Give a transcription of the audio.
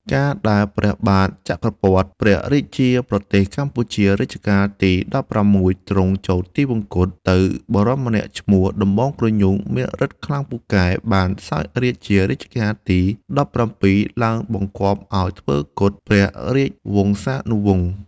កាលដែលព្រះបាទចក្រពត្រ ព្រះរាជាប្រទេសកម្ពុជារជ្ជកាលទី ១៦ ទ្រង់ចូលទិវង្គតទៅ បុរសម្នាក់ឈ្មោះ ដំបងគ្រញូងមានរិទ្ធិខ្លាំងពូកែបានសោយរាជ្យជារជ្ជកាលទី ១៧ ឡើង បង្គាប់ឲ្យធ្វើគុតព្រះរាជវង្សានុវង្សមុន ។